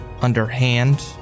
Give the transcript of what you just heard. underhand